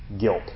guilt